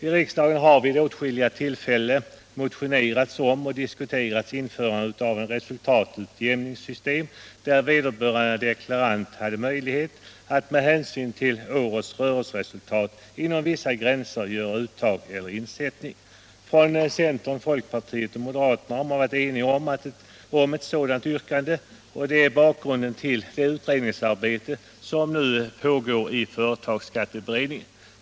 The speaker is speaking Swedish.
I riksdagen har vid åtskilliga tillfällen motionerats om och diskuterats införande av ett resultatutjämningssystem, där vederbörande deklarant skulle ha möjlighet att med hänsyn till årets rörelseresultat inom vissa gränser göra uttag eller insättning. Från centern, folkpartiet och moderaterna har man varit enig om ett sådant yrkande, och det är bakgrunden till det utredningsarbete som nu pågår i företagsskatteberedningen.